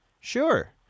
sure